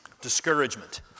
discouragement